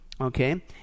okay